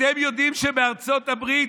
אתם יודעים שבארצות הברית,